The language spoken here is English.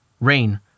Rain